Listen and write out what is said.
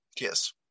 Yes